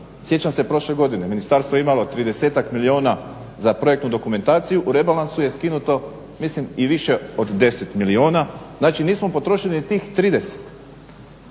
Sjećam se prošle godine ministarstvo je imalo 30-ak milijuna za projektnu dokumentaciju u rebalansu je skinuto mislim i više od 10 milijuna, znači nismo potrošili ni tih 30.